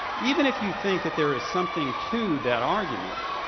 even if you think that there is something to that argument,